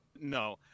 no